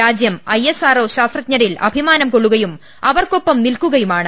രാജ്യം ഐഎസ്ആർഒ ശാസ്ത്രജ്ഞരിൽ അഭിമാനം കൊള്ളുകയും അവർക്കൊപ്പം നിൽക്കുകയുമാണ്